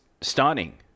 stunning